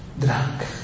drunk